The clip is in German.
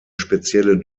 spezielle